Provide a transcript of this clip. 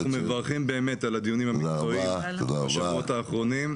אנחנו באמת מברכים על הדיונים המקצועיים בשבועות האחרונים.